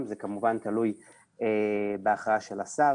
תלוי בהכרעה של השר,